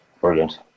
brilliant